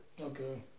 Okay